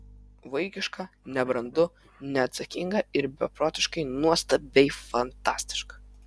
vaikiška nebrandu neatsakinga ir beprotiškai nuostabiai fantastiška